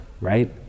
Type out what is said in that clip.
right